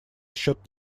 счет